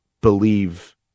believe